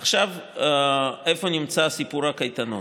עכשיו, איפה נמצא סיפור הקייטנות?